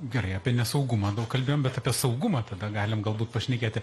gerai apie nesaugumą daug kalbėjom bet apie saugumą tada galim galbūt pašnekėti